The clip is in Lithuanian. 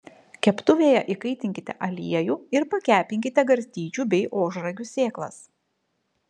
keptuvėje įkaitinkite aliejų ir pakepinkite garstyčių bei ožragių sėklas